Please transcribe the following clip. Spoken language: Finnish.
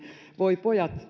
voi pojat